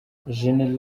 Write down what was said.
gen